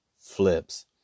flips